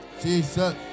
Jesus